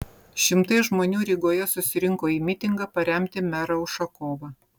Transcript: šimtai žmonių rygoje susirinko į mitingą paremti merą ušakovą